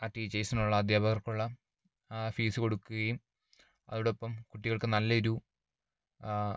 ആ ടീച്ചേഴ്സിനുള്ള അധ്യാപകർക്കുള്ള ആ ഫീസ് കൊടുക്കുകയും അതോടൊപ്പം കുട്ടികൾക്ക് നല്ലൊരു